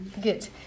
Good